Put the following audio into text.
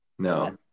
no